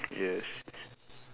yes